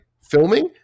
filming